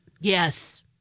Yes